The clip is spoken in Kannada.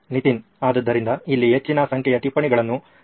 ನಿತಿನ್ ಆದ್ದರಿಂದ ಇಲ್ಲಿ ಹೆಚ್ಚಿನ ಸಂಖ್ಯೆಯ ಟಿಪ್ಪಣಿಗಳನ್ನು ಹಂಚಿಕೊಳ್ಳಲಾಗಿದೆ